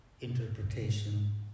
interpretation